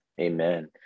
Amen